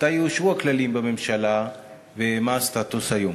מתי יאושרו הכללים בממשלה ומה הסטטוס היום?